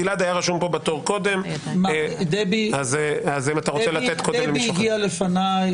גלעד היה רשום בתור קודם דבי הגיעה לפניי,